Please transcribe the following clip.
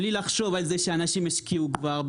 בלי לחשוב על זה שאנשים השקיעו כבר,